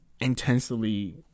intensely